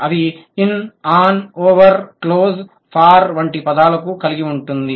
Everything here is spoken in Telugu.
అవి in on over close far వంటి పదాలను కలిగి ఉంది